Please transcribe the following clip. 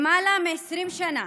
למעלה מ-20 שנה